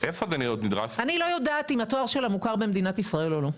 אני לא יודעת אם התואר שלה מוכר במדינת ישראל או לא.